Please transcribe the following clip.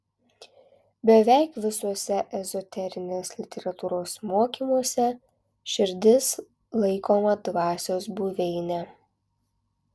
beveik visuose ezoterinės literatūros mokymuose širdis laikoma dvasios buveine